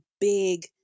big